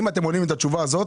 אם אתם עונים את התשובה הזאת,